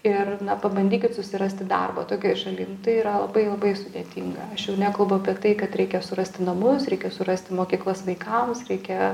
ir na pabandykit susirasti darbą tokioj šaly nu tai yra labai labai sudėtinga aš jau nekalbu apie tai kad reikia surasti namus reikia surasti mokyklas vaikams reikia